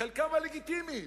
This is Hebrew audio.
חלקם הלגיטימיים,